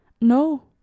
No